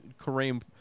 kareem